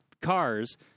cars